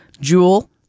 Jewel